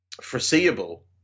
foreseeable